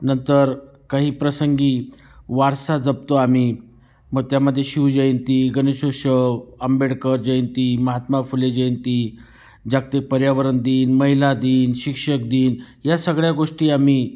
नंतर काही प्रसंगी वारसा जपतो आम्ही मग त्यामध्ये शिवजयंती गणेशोत्शव आंबेडकर जयंती महात्मा फुले जयंती जागतिक पर्यावरण दिन महिला दिन शिक्षकदिन या सगळ्या गोष्टी आम्ही